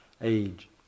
age